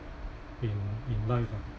in in life ah